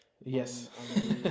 Yes